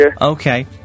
Okay